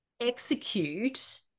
execute